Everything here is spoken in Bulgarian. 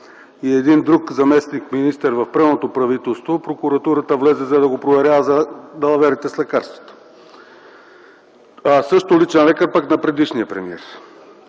И един друг заместник-министър в предишното правителство, прокуратурата влезе и взе да го проверява за далаверите с лекарствата – той е също личен лекар, но на предишния премиер.